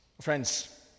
Friends